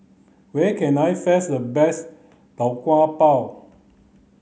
where can I the best tau kwa pau